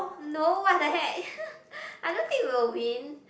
no what the head I don't think we'll win